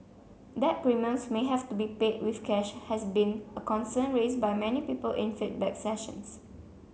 that premiums may have to be paid with cash has been a concern raised by many people in feedback sessions